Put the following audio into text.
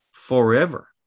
Forever